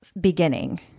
beginning